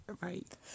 Right